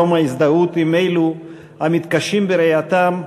יום ההזדהות עם אלו המתקשים בראייתם,